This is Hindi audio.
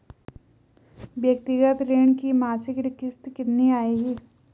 व्यक्तिगत ऋण की मासिक किश्त कितनी आएगी?